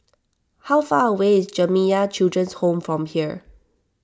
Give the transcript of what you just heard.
how far away is Jamiyah Children's Home from here